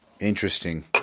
Interesting